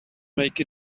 make